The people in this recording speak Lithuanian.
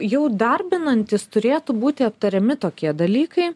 jau darbinantis turėtų būti aptariami tokie dalykai